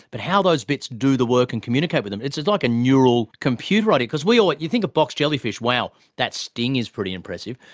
but how those bits do the work and communicate with them, it's it's like a neural computer idea. because but you think a box jellyfish, wow, that sting is pretty impressive.